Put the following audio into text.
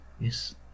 Yes